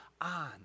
on